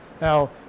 Now